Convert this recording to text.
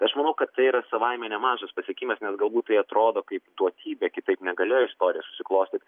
aš manau kad tai yra savaime nemažas pasiekimas nes galbūt tai atrodo kaip duotybė kitaip negalėjo istorija susiklostyt